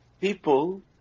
People